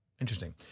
Interesting